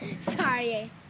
Sorry